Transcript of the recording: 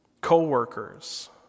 co-workers